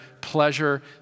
pleasure